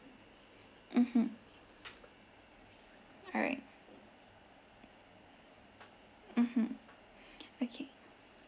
mmhmm all right mmhmm okay